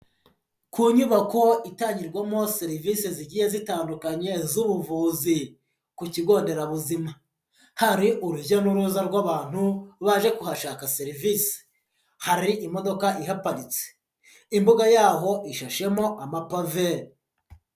Ku nyubako itangirwamo serivise zigiye zitandukanye z'ubuvuzi ku kigo nderabuzima, hari urujya n'uruza rw'abantu, baje kuhashaka serivise, hari imodoka ipaharitse, imbuga yaho ishashemo, amapave.